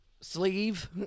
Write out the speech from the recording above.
sleeve